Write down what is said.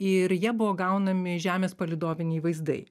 ir ja buvo gaunami žemės palydoviniai vaizdai